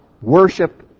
worship